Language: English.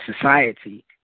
society